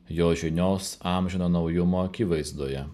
jo žinios amžino naujumo akivaizdoje